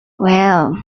well